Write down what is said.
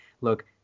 Look